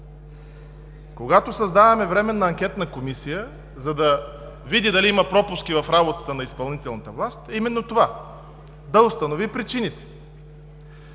Когато създаваме Временна анкетна комисия, за да видим дали има пропуски в работата на изпълнителната власт, е именно, за да установи причините.